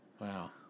Wow